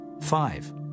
five